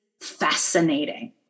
fascinating